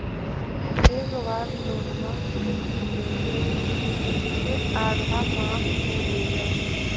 एक बार लोनवा लेलियै से आधा माफ हो गेले हल?